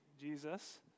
Jesus